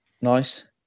nice